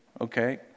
okay